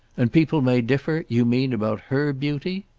and people may differ, you mean, about her beauty?